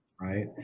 right